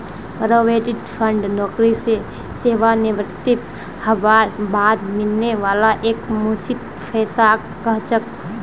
provident fund नौकरी स सेवानृवित हबार बाद मिलने वाला एकमुश्त पैसाक कह छेक